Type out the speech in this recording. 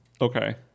Okay